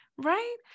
Right